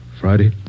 Friday